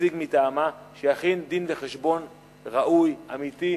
נציג מטעמה שיכין דין-וחשבון ראוי ואמיתי,